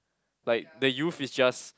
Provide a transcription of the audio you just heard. like the youth is just